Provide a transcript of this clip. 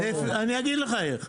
אני אגיד לך איך.